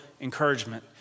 encouragement